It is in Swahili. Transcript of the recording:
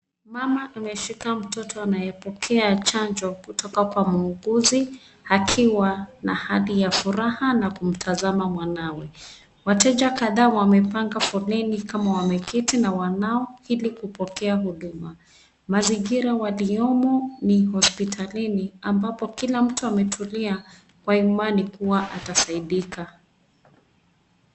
Mama ameshika mtoto anayepokea chanjo kutoka kwa muuguzi, akiwa na hali ya furaha na kumtazama mwanawe. Wateja kadhaa wamepanga foleni kama wameketi na wanao ili kupokea huduma. Mazingira waliyomo ni hospitalini ambapo kila mtu ametulia kwa imani kuwa atasaidika.